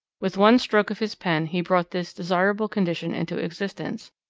with one stroke of his pen he brought this desirable condition into existence,